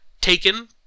taken